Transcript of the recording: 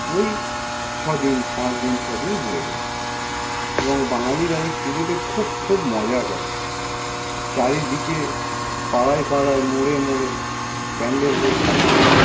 ওই ছদিন পাঁচ দিন ছ দিন হয়ে গেছে এবং বাঙালিরাই পুজোতে খুব খুব মজা করে চারিদিকে পাড়ায় পাড়ায় মোড়ে মোড়ে প্যান্ডেল হয় ঠাকুর ওঠে